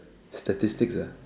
statistics ah